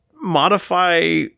modify